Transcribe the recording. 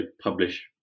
publish